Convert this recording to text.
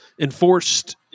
Enforced